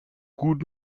gut